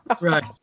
Right